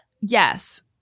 Yes